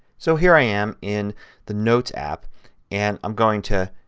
so here i am in the notes app and i'm going to